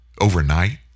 overnight